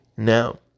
Now